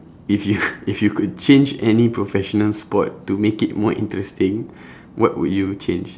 if you if you could change any professional sport to make it more interesting what would you change